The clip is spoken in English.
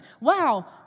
Wow